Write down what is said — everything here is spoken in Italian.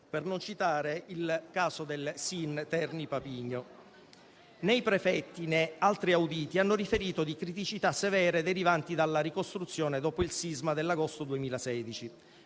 per non citare il caso del SIN Terni Papigno. Né i prefetti né altri auditi hanno riferito di criticità severe derivanti dalla ricostruzione dopo il sisma dell'agosto 2016,